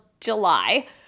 july